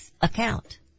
account